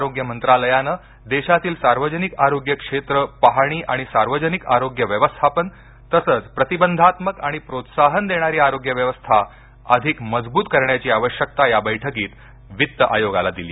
आरोग्य मंत्रालयाने देशातील सार्वजनिक आरोग्य क्षेत्र पाहणी आणि सार्वजनिक आरोग्य व्यवस्थापन प्रतिबंधात्मक आणि प्रोत्साहन देणारी आरोग्य व्यवस्था अधिक मजबूत करण्याची आवश्यकता या बैठकीत वित्त आयोगाला दिली